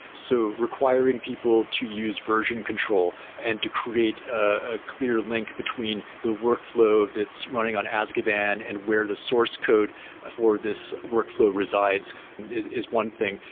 so requiring people to use version control and to create a clear link between the workflow that's running on azkaban and where the source code for this workflow resides is is one thing.